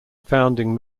founding